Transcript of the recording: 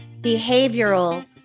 behavioral